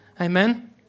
Amen